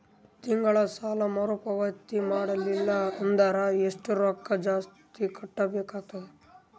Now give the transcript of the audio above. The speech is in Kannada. ತಿಂಗಳ ಸಾಲಾ ಮರು ಪಾವತಿ ಮಾಡಲಿಲ್ಲ ಅಂದರ ಎಷ್ಟ ರೊಕ್ಕ ಜಾಸ್ತಿ ಕಟ್ಟಬೇಕಾಗತದ?